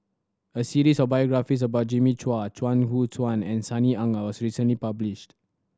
a series of biographies about Jimmy Chua Chuang Hu Tsuan and Sunny Ang was recently published